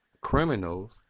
Criminals